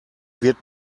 wird